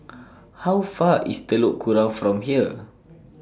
How Far away IS Telok Kurau from here